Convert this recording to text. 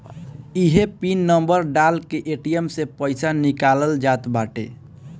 इहे pin number डाल के ए.टी.एम से पईसा निकालल जात बाटे